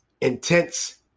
intense